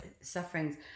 sufferings